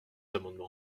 amendements